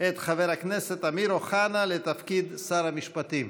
את חבר הכנסת אמיר אוחנה לתפקיד שר המשפטים.